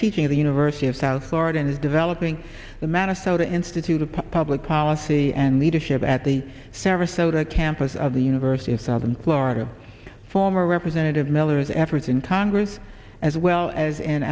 teaching at the university of south florida and is developing the manner so the institute of public policy and leadership at the sarasota campus of the university of southern florida former representative miller's efforts in congress as well as in